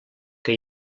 que